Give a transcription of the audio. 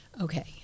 Okay